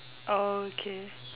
orh okay